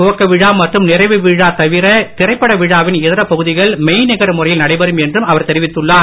துவக்க விழா மற்றும் நிறைவுவிழா தவிர திரைப்பட விழாவின் இதர பகுதிகள் மெய்நிகர் முறையில் நடைபெறும் என்றும் அவர் தெரிவித்துள்ளார்